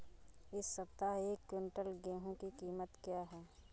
इस सप्ताह एक क्विंटल गेहूँ की कीमत क्या है?